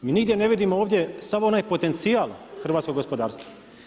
Mi nigdje ne vidimo ovdje sav onaj potencijal hrvatskog gospodarstva.